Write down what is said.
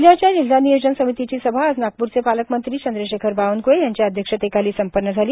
जिल्ह्याच्या जिल्हा नियोजन समितीची सभा आज नागप्रचे पालकमंत्री चंद्रशेखर बावनक्ळे यांच्या अध्यक्षतेखाली संपन्न झाली